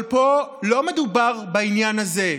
אבל פה לא מדובר בעניין הזה.